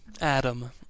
adam